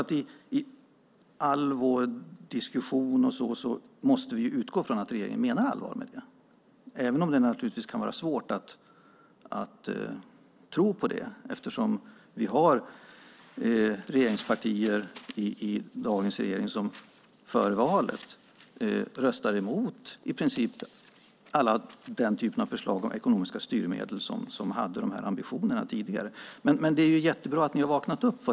I alla diskussioner måste vi utgå från att regeringen menar allvar, även om det kan vara svårt att tro eftersom vi har partier i regeringen som före valet röstade emot i princip alla förslag om ekonomiska styrmedel som hade dessa ambitioner. Det är jättebra att ni har vaknat upp.